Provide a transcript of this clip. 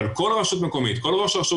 כל ראש רשות,